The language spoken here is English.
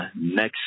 next